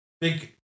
big